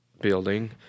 Building